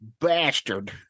bastard